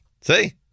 See